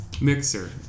Mixer